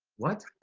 what?